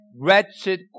wretched